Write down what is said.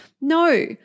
No